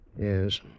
Yes